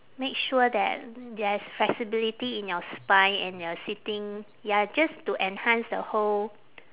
make sure that there is flexibility in your spine and your sitting ya just to enhance the whole